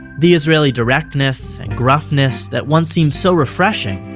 the israeli directness and gruffness that once seemed so refreshing,